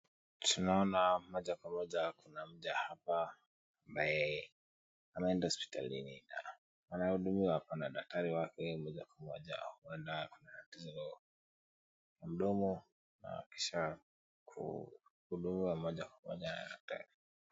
Tunaona moja kwa moja kuna mja hapa ambaye ameenda hospitalini na anahudumiwa apa na daktari wake moja kwa moja. Huenda ako na tatizo la mdomo na kisha kuhudumiwa moja kwa moja na daktari.